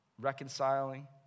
reconciling